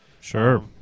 Sure